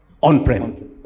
On-prem